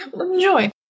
Enjoy